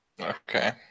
Okay